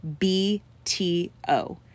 BTO